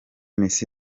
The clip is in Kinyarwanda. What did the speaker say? messi